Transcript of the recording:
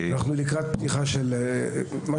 אנחנו לקראת פתיחה של כעשרה.